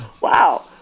Wow